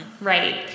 right